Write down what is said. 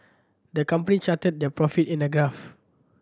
the company charted their profit in a graph